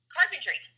Carpentry